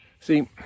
See